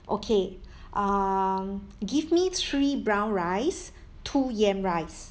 okay um give me three brown rice two yam rice